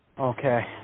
Okay